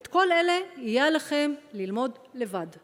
את כל אלה יהיה עליכם ללמוד לבד.